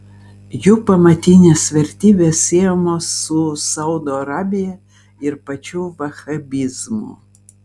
jų pamatinės vertybės siejamos su saudo arabija ir pačiu vahabizmu